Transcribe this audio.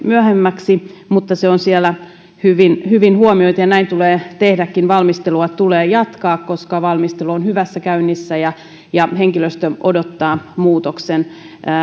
myöhemmäksi mutta se on siellä hyvin hyvin huomioitu ja näin tulee tehdäkin valmistelua tulee jatkaa koska valmistelu on hyvässä käynnissä ja ja henkilöstö odottaa muutoksen